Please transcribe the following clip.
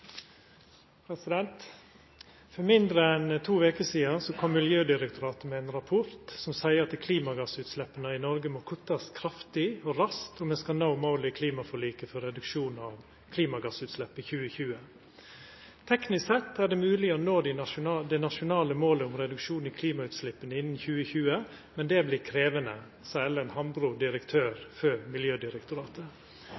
hovedspørsmål. For mindre enn to veker sidan kom Miljødirektoratet med ein rapport som seier at klimagassutsleppa i Noreg må kuttast kraftig og raskt om me skal nå måla i klimaforliket om reduksjon av klimagassutslepp i 2020. «Teknisk sett er det mulig å nå det nasjonale målet om reduksjon i klimautslippene innen 2020, men det blir krevende.» Dette sier Ellen Hambro,